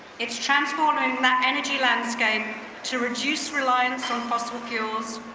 it's transforming that energy landscape to reduce reliance on fossil fuels,